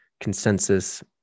consensus